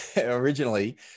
originally